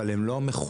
אבל הם לא המחולל,